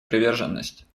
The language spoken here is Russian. приверженность